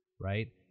right